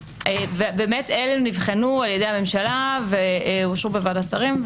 ובאמת אלה נבחנו על ידי הממשלה ואושרו בוועדת שרים,